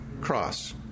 cross